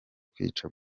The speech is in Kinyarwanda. kwica